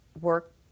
work